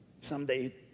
Someday